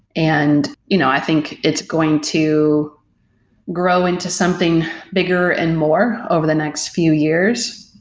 and you know i think it's going to grow into something bigger and more over the next few years.